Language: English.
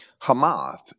hamath